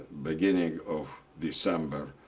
beginning of december.